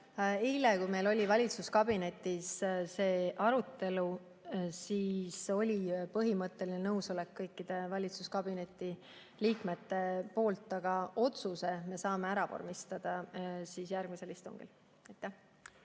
Eile, kui meil oli valitsuskabinetis arutelu, siis oli põhimõtteline nõusolek kõikidel valitsuskabineti liikmetel. Aga otsuse me saame ära vormistada järgmisel istungil.